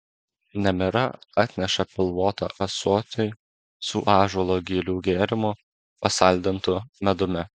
nemira atneša pilvotą ąsotį su ąžuolo gilių gėrimu pasaldintu medumi